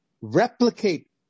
replicate